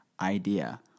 idea